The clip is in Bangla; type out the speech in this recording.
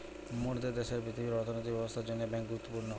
মোরদের দ্যাশের পৃথিবীর অর্থনৈতিক ব্যবস্থার জন্যে বেঙ্ক গুরুত্বপূর্ণ